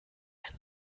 ein